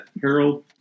Harold